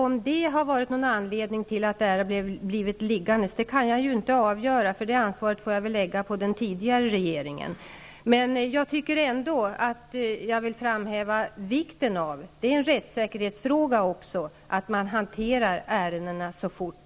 Om detta är anledningen till att denna koncessionsansökan har blivit liggande, kan jag inte avgöra. Det ansvaret vill jag lägga på den tidigare regeringen. Jag vill ändå framhålla vikten av att man hanterar ärendena så fort det går, och det är också en rättssäkerhetsfråga.